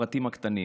בפרטים הקטנים,